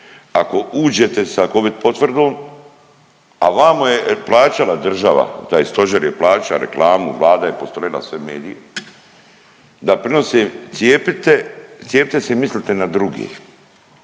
ako uđete sa covid potvrdom, a vamo je plaćala država taj stožer je plaćao reklamu, vlada je postrojila sve medije da prenose cijepite se i mislite na druge,